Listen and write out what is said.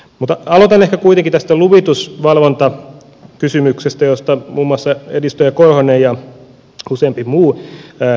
mutta aloitan ehkä kuitenkin tästä luvitusvalvontakysymyksestä josta muun muassa edustaja korhonen ja useampi muu puhui